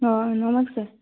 ହଁ ନମସ୍କାର